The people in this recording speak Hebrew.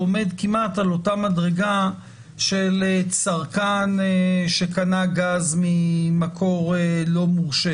עומד כמעט על אותה מדרגה של צרכן שקנה גז ממקור לא מורשה.